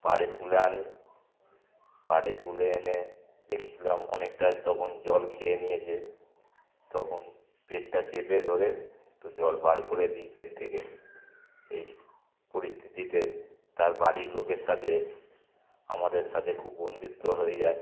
পাড়ে তুলে আনি পাড়ে তুলে এনে দেখছিলাম অনেকটা তখন জল খেয়ে নিয়েছে তখন পেটটা চেপে ধরে একটু জল বার করে দিই পেট থেকে এই পরিস্থিতিতে তার বাড়ির লোকের সাথে আমাদের সাথে খুব বন্ধুত্ব হয়ে যায়